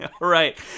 Right